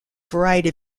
variety